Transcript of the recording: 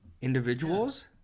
Individuals